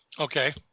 Okay